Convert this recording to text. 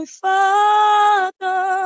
father